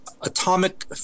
atomic